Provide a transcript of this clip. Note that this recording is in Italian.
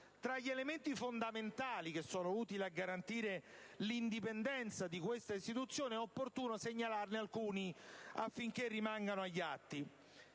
Tra gli elementi fondamentali che sono utili a garantire l'indipendenza di questa istituzione è opportuno segnalarne alcuni, affinché rimangano agli atti.